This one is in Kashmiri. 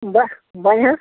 بس بَنہِ حظ